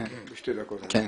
בשתי דקות, בבקשה.